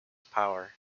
power